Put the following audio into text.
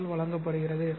all வழங்கப்படுகிறது